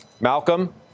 Malcolm